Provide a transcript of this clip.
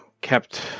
kept